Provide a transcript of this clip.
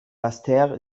basseterre